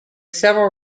several